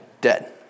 dead